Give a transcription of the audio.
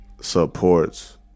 supports